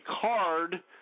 card